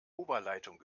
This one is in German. oberleitung